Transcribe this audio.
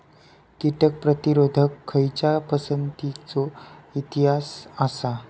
कीटक प्रतिरोधक खयच्या पसंतीचो इतिहास आसा?